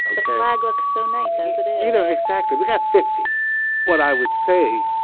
the flag looks so nice as it is you know exactly we got fifty what i would say